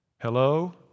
Hello